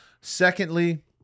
Secondly